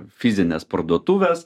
fizinės parduotuvės